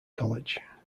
college